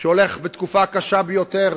שבתקופה הקשה ביותר